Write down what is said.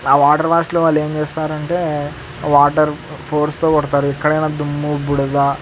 ఆ వాటర్ వాష్లో వాళ్లు ఏమి చేస్తారు అంటే వాటర్ ఫోర్స్తో కొడతారు ఎక్కడైనా దుమ్ము బురద